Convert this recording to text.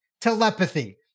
telepathy